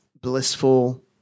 blissful